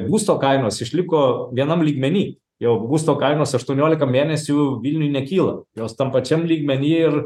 būsto kainos išliko vienam lygmeny jau būsto kainos aštuoniolika mėnesių vilniuj nekyla jos tam pačiam lygmeny ir